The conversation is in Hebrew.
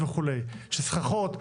של סככות.